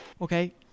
Okay